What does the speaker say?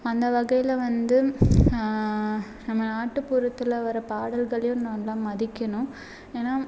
அந்த வகையில் வந்து நம்ம நாட்டுப்புறத்தில் வர பாடல்களையும் நல்லா மதிக்கணும் ஏன்னா